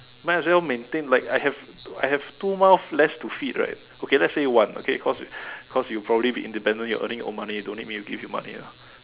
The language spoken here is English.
might as well maintain like I have I have two mouths less to feed right okay let's say one cause cause you probably be independent you're earning your own money you don't need me to give you money ah